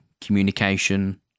communication